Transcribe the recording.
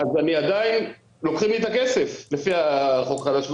עדיין לוקחים לי את הכסף לפי החוק החדש.